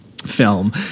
film